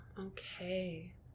okay